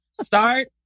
start